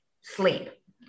sleep